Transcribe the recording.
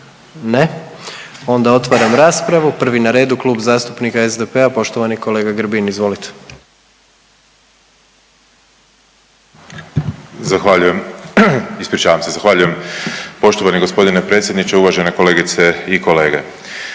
Ne, onda otvaram raspravu. Prvi na redu Klub zastupnika SDP-a, poštovani kolega Grbin, izvolite. **Grbin, Peđa (SDP)** Zahvaljujem, ispričavam se, zahvaljujem poštovani gospodine predsjedniče. Uvažene kolegice i kolege,